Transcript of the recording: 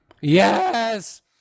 Yes